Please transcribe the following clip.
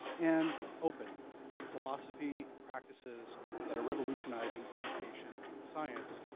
and open the philosophy and practices that are revolutionizing education and science,